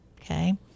Okay